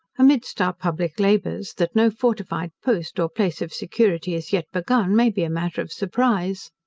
amidst our public labours, that no fortified post, or place of security, is yet begun, may be a matter of surprise.